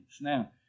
Now